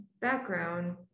background